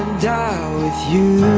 die with you